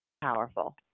powerful